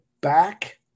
back